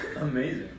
Amazing